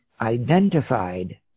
identified